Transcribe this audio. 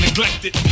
Neglected